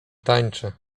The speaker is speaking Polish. tańczy